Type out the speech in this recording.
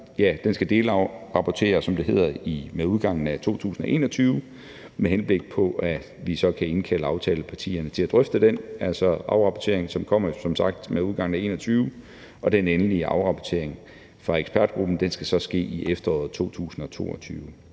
som det hedder, med udgangen af 2021, med henblik på at vi så kan indkalde aftalepartierne til at drøfte den, altså afrapporteringen, som som sagt kommer med udgangen af 2021. Den endelige afrapportering fra ekspertgruppen skal så ske i efteråret 2022.